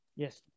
Yes